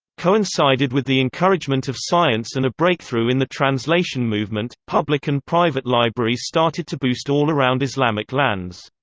coincided with the encouragement of science and a breakthrough in the translation movement, public and private libraries started to boost all around islamic lands.